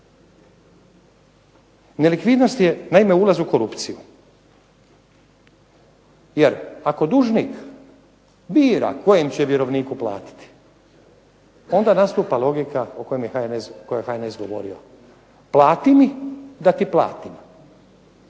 Nelikvidnost je naime ulaz u korupciju jer ako dužnik bira kojem će vjerovniku platiti onda nastupa logika o kojoj je HNS govorio, plati mi da ti platim.